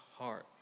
heart